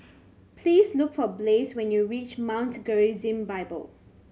please look for Blaze when you reach Mount Gerizim Bible